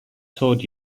toured